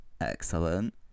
Excellent